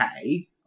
okay